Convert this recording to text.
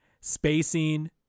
Spacing